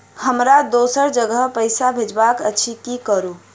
हमरा दोसर जगह पैसा भेजबाक अछि की करू?